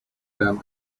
them